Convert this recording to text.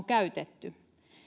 käytetty